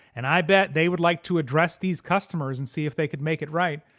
and i bet they would like to address these customers and see if they could make it right,